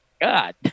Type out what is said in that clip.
God